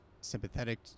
sympathetic